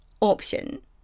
option